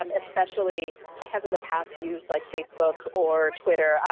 um especially, i have in the past used, like facebook or twitter,